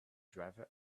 driver